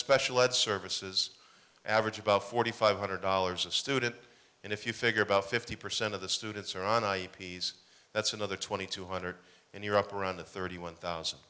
special ed services average about forty five hundred dollars a student and if you figure about fifty percent of the students are on i p s that's another twenty two hundred and you're up around thirty one thousand